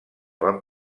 van